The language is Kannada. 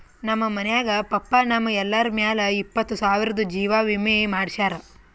ನಮ್ ಮನ್ಯಾಗ ಪಪ್ಪಾ ನಮ್ ಎಲ್ಲರ ಮ್ಯಾಲ ಇಪ್ಪತ್ತು ಸಾವಿರ್ದು ಜೀವಾ ವಿಮೆ ಮಾಡ್ಸ್ಯಾರ